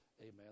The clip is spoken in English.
amen